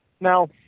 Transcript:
now